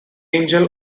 angel